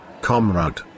comrade